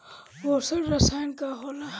पोषण राशन का होला?